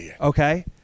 okay